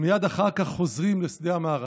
ומייד אחר כך חוזרים לשדה המערכה.